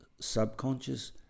subconscious